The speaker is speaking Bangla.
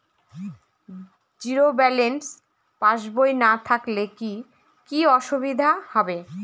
জিরো ব্যালেন্স পাসবই না থাকলে কি কী অসুবিধা হবে?